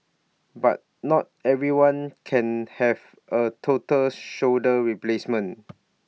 but not everyone can have A total shoulder replacement